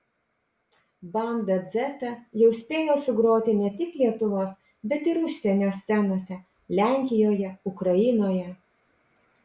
banda dzeta jau spėjo sugroti ne tik lietuvos bet ir užsienio scenose lenkijoje ukrainoje